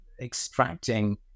extracting